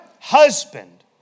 husband